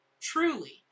truly